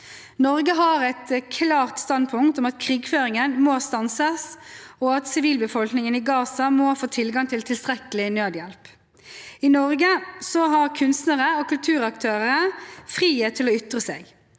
Norge har et klart standpunkt om at krigføringen må stanse, og at sivilbefolkningen i Gaza må få tilgang til tilstrekkelig nødhjelp. I Norge har kunstnere og kulturaktører frihet til å ytre seg.